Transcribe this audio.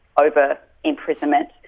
over-imprisonment